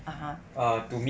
(uh huh)